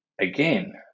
again